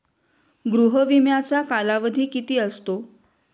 गृह विम्याचा कालावधी किती असतो?